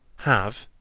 have,